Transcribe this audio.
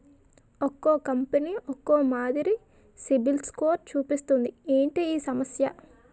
ఒక్కో కంపెనీ ఒక్కో మాదిరి సిబిల్ స్కోర్ చూపిస్తుంది ఏంటి ఈ సమస్య?